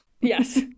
Yes